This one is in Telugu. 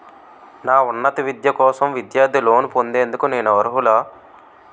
నా ఉన్నత విద్య కోసం విద్యార్థి లోన్ పొందేందుకు నేను అర్హులా?